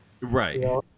Right